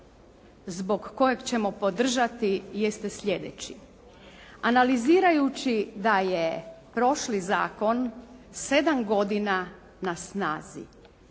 zbog kojeg ćemo podržati jeste slijedeći. Analizirajući da je prošli zakon sedam godina na snazi,